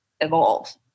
evolve